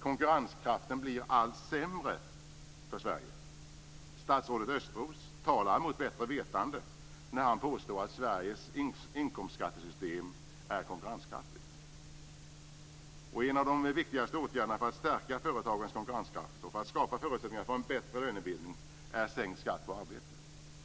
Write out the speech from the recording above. Konkurrenskraften blir allt sämre för Sverige. Statsrådet Östros talar mot bättre vetande när han påstår att Sveriges inkomstskattesystem är konkurrenskraftigt. En av de viktigaste åtgärderna för att stärka företagens konkurrenskraft och skapa förutsättningar för en bättre lönebildning är sänkt skatt på arbete.